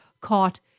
caught